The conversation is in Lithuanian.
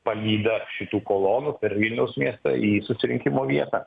palyda šitų kolonų per vilniaus miestą į susirinkimo vietą